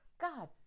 God